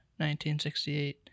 1968